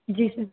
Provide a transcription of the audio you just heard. जी sir